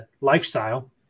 lifestyle